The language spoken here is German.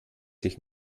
sich